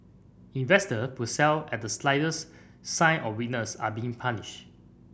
investor who sell at the slightest sign of weakness are being punished